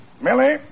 Millie